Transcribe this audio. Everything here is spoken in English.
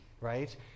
right